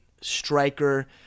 striker